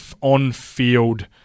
on-field